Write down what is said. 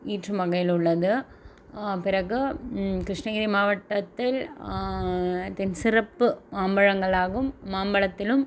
ஈட்டும் வகையில் உள்ளது பிறகு கிருஷ்ணகிரி மாவட்டத்தில் தின் சிறப்பு மாம்பழங்களாகும் மாம்பழத்திலும்